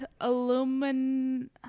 aluminum